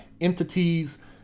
entities